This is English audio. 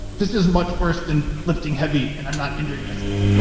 this is much worse than lifting heavy, and i'm not injuring myself.